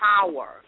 power